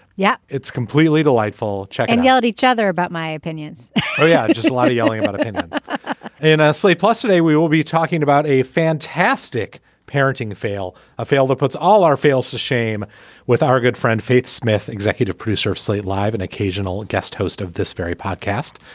yeah it's completely delightful checking out each other about my opinions oh yeah. just a lot of yelling and slate plus today we will be talking about a fantastic parenting fail a fail that puts all our fails to shame with our good friend faith smith executive producer of slate live and occasional guest host of this very podcast.